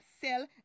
sell